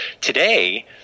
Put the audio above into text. today